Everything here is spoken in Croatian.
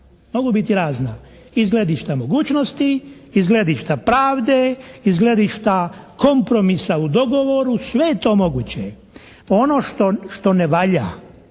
Mogu biti razna iz gledišta mogućnosti, iz gledišta pravde, iz gledišta kompromisa u dogovoru, sve je to moguće. Ono što ne valja,